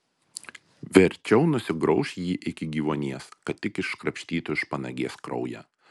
verčiau nusigrauš jį iki gyvuonies kad tik iškrapštytų iš panagės kraują